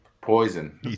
Poison